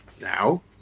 now